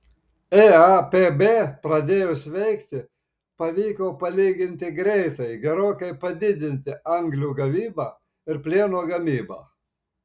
eapb pradėjus veikti pavyko palyginti greitai gerokai padidinti anglių gavybą ir plieno gamybą